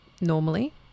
normally